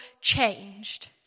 changed